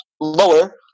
lower